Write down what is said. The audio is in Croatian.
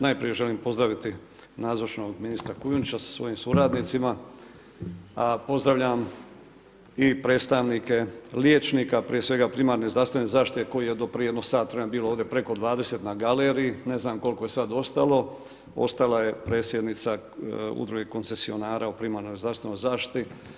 Najprije želim pozdraviti nazočnog ministra Kujundžića sa svojim suradnicima, a pozdravljam i predstavnike liječnika prije svega primarne zdravstvene zaštite kojih je do prije jedno sat vremena bilo ovdje preko 20 na galeriji, ne znam koliko je sad ostalo, ostala je predsjednica udruge koncesionara u primarnoj zdravstvenoj zaštiti.